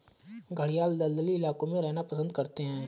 घड़ियाल दलदली इलाकों में रहना पसंद करते हैं